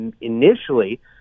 initially